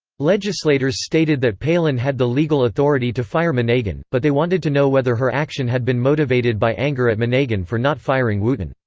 legislators stated that palin had the legal authority to fire monegan, but they wanted to know whether her action had been motivated by anger at monegan for not firing wooten.